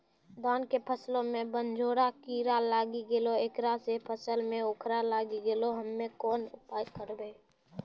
धान के फसलो मे बनझोरा कीड़ा लागी गैलै ऐकरा से फसल मे उखरा लागी गैलै हम्मे कोन उपाय करबै?